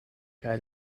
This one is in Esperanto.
kaj